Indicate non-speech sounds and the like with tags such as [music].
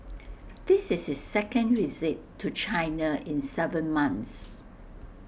[noise] this is his second visit to China in Seven months